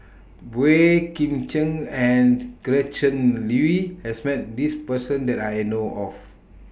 Boey Kim Cheng and Gretchen Liu has Met This Person that I know of